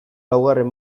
laugarren